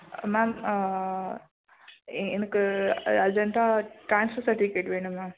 ma'am எ எனக்கு அ அர்ஜெண்ட்டாக டிரான்ஸ்ஃபர் சர்டிவிகேட் வேணும் மேம்